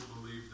believe